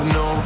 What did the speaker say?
no